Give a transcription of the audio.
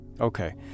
Okay